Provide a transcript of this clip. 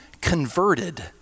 converted